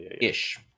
ish